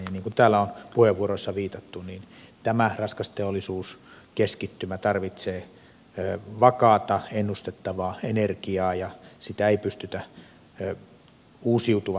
ja niin kuin täällä on puheenvuoroissa viitattu tämä raskas teollisuuskeskittymä tarvitsee vakaata ennustettavaa energiaa ja sitä ei pystytä uusiutuvan energian keinoin kattamaan